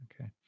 okay